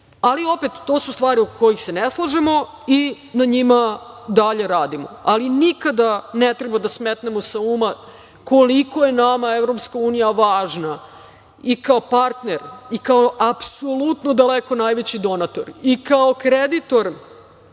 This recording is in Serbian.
Prištinu. Opet, to su stvari oko kojih se ne slažemo i na njima dalje radimo. Ali, nikada ne treba da smetnemo sa uma koliko je nama EU važna i kao partner, i kao apsolutno daleko najveći donatori, i kao kreditor,